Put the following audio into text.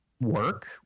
work